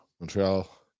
Montreal